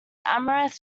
amaranth